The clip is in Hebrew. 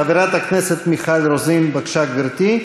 חברת הכנסת מיכל רוזין, בבקשה, גברתי,